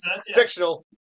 fictional